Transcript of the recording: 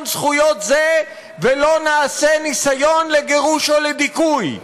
זכויות זה ולא נעשה ניסיון לגירוש או לדיכוי.